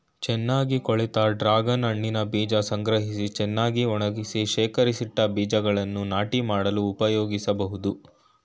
ಚೆನ್ನಾಗಿ ಕಳಿತ ಡ್ರಾಗನ್ ಹಣ್ಣಿನ ಬೀಜ ಸಂಗ್ರಹಿಸಿ ಚೆನ್ನಾಗಿ ಒಣಗಿಸಿ ಶೇಖರಿಸಿಟ್ಟ ಬೀಜಗಳನ್ನು ನಾಟಿ ಮಾಡಲು ಉಪಯೋಗಿಸ್ಬೋದು